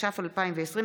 התש"ף 2020,